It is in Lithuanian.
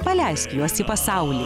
paleisk juos į pasaulį